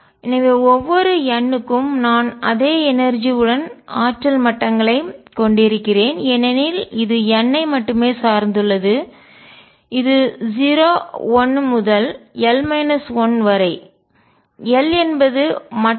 எனவே ஒவ்வொரு n க்கும் நான் அதே எனர்ஜி ஆற்றல் உடன் எனர்ஜி ஆற்றல் மட்டங்களைக் கொண்டிருக்கிறேன் ஏனெனில் இது n ஐ மட்டுமே சார்ந்துள்ளது இது 0 1 முதல் l 1 வரை l என்பது மட்டம்அளவுகள்